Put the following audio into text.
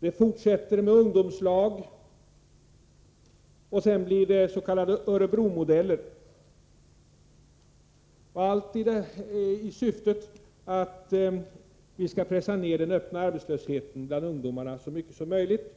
och fortsätter med ungdomslag, och sedan blir det den s.k. Örebromodellen — allt i syfte att pressa ned den öppna arbetslösheten bland ungdomarna så mycket som möjligt.